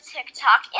TikTok